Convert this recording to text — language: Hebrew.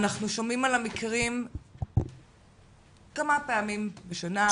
אנחנו שומעים על המקרים כמה פעמים בשנה.